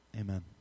Amen